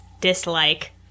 Dislike